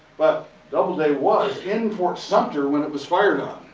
but, doubleday was in fort sumter when it was fired on,